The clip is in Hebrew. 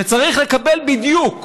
שצריך לקבל בדיוק,